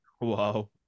Wow